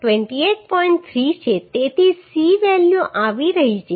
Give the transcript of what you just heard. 3 છે તેથી C value આવી રહી છે